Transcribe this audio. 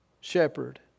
shepherd